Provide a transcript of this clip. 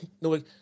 No